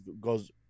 goes